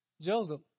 Joseph